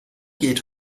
geht